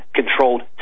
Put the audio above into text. controlled